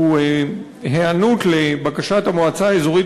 שהוא היענות לבקשת המועצה האזורית